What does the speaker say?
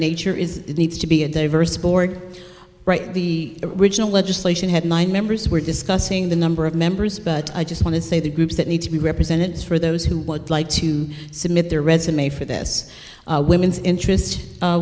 nature is it needs to be a diverse board right the original legislation had nine members were discussing the number of members but i just want to say the groups that need to be represented for those who would like to submit their resume for this women's interest